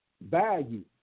value